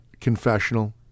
confessional